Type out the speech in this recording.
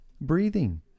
breathing